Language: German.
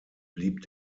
blieb